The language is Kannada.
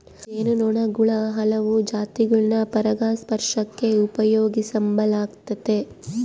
ಜೇನು ನೊಣುಗುಳ ಹಲವು ಜಾತಿಗುಳ್ನ ಪರಾಗಸ್ಪರ್ಷಕ್ಕ ಉಪಯೋಗಿಸೆಂಬಲಾಗ್ತತೆ